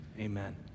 Amen